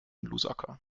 lusaka